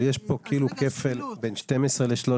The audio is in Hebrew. אבל יש פה כפל בין 12 ל-13.